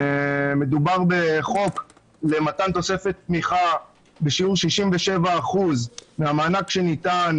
מדובר בחוק למתן תוספת תמיכה בשיעור 67% מהמענק שניתן